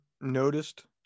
noticed